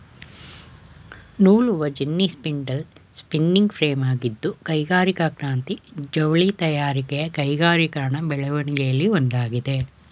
ನೂಲುವಜೆನ್ನಿ spindle spinning ಫ್ರೇಮಾಗಿದ್ದು ಕೈಗಾರಿಕಾ ಕ್ರಾಂತಿ ಜವಳಿ ತಯಾರಿಕೆಯ ಕೈಗಾರಿಕೀಕರಣ ಬೆಳವಣಿಗೆಲಿ ಒಂದಾಗಿದೆ